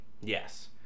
Yes